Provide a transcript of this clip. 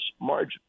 margin